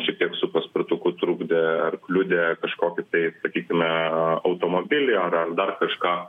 šiek tiek su paspirtuku trukdė ar kliudė kažkokį tai sakykime automobilį ar ar dar kažką